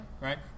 Right